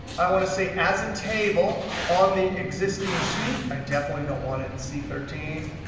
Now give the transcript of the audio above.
i want to see as a table on the existing sheet. i definitely don't want it in c thirteen.